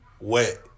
Wet